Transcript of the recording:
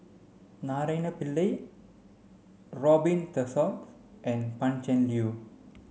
Naraina Pillai Robin Tessensohn and Pan Cheng Lui